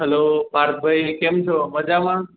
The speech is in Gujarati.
હલ્લો પાર્થભાઈ કેમ છો મજામાં